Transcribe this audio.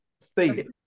Steve